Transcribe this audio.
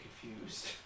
confused